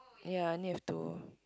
yea need have to